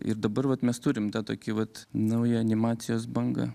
ir dabar vat mes turim tą tokį vat naują animacijos bangą